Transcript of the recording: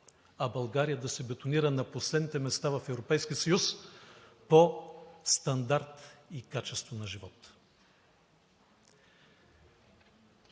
а България да се бетонира на последните места в Европейския съюз по стандарт и качество на живот.